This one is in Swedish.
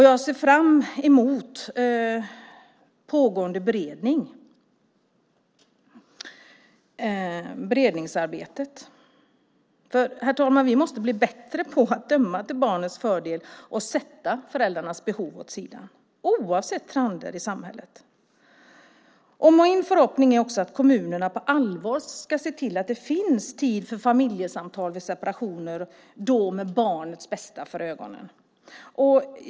Jag ser fram emot resultatet av pågående beredning och det beredningsarbetet. Herr talman! Vi måste bli bättre. Det gäller då att döma till barnets fördel och att sätta föräldrarnas behov åt sidan, oavsett trender i samhället. Min förhoppning är också att kommunerna på allvar ser till att det vid separationer finns tid för familjesamtal och då med barnets bästa för ögonen.